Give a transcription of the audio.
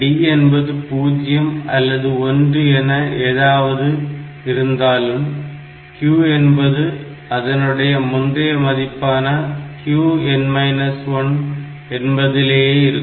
D என்பது 0 அல்லது 1 என எதுவாக இருந்தாலும் Q என்பது அதனுடைய முந்தைய மதிப்பான Qn 1 என்பதிலேயே இருக்கும்